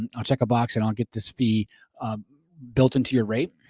and i'll check a box and i'll get this fee built into your rate.